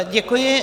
Děkuji.